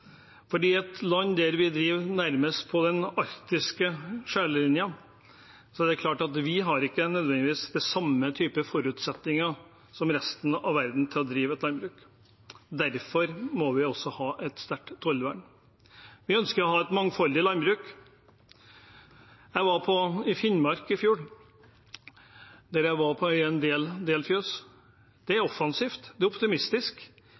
et land der vi driver nærmest på den arktiske skillelinjen, er det klart at vi har ikke nødvendigvis de samme type forutsetninger som resten av verden til å drive et landbruk. Derfor må vi også ha et sterkt tollvern. Vi ønsker å ha et mangfoldig landbruk. Jeg var i Finnmark i fjor og var i en del fjøs. Det er offensivt, og det er optimistisk.